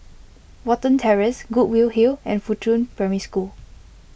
Watten Terrace Goodwood Hill and Fuchun Primary School